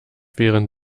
während